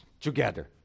together